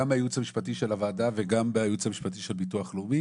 גם מהייעוץ המשפטי של הוועדה וגם מהייעוץ המשפטי של ביטוח לאומי,